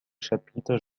chapitre